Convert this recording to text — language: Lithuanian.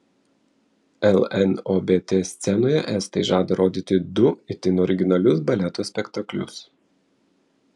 lnobt scenoje estai žada rodyti du itin originalius baleto spektaklius